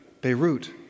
Beirut